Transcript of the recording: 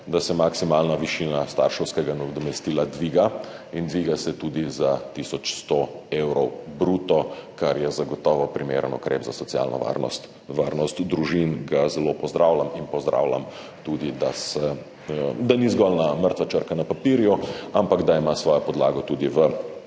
da se maksimalna višina starševskega nadomestila dviga in dviga se tudi za tisoč 100 evrov bruto, kar je zagotovo primeren ukrep za socialno varnost družin. Zelo ga pozdravljam in pozdravljam tudi, da ni zgolj mrtva črka na papirju, ampak ima svojo podlago tudi v